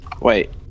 Wait